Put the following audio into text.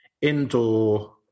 indoor